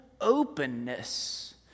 openness